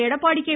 Edappadi K